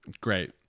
Great